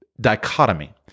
dichotomy